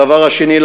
הדבר השני,